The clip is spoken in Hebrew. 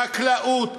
חקלאות,